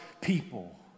people